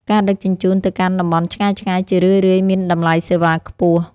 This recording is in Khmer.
ការដឹកជញ្ជូនទៅកាន់តំបន់ឆ្ងាយៗ ជារឿយៗមានតម្លៃសេវាខ្ពស់។